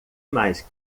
mais